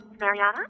Mariana